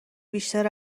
بیشتر